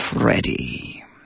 Freddie